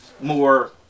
more